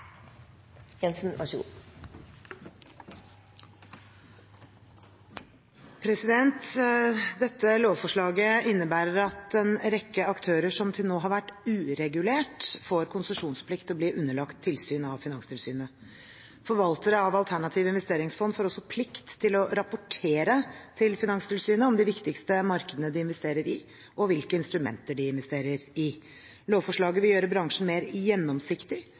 vært uregulert, får konsesjonsplikt og blir underlagt tilsyn av Finanstilsynet. Forvaltere av alternative investeringsfond får også plikt til å rapportere til Finanstilsynet om de viktigste markedene de investerer i, og hvilke instrumenter de investerer i. Lovforslaget vil gjøre bransjen mer gjennomsiktig